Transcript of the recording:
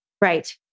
Right